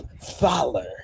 Fowler